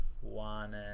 One